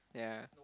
yeah